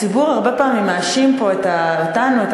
הציבור הרבה פעמים מאשים אותנו פה,